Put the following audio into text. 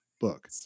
book